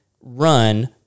run